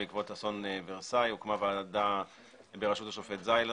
בעקבות אסון ורסאי הוקמה ועדה בראשות השופט זיילר,